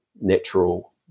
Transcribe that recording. natural